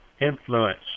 Influence